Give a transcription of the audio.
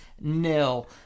nil